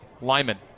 Lyman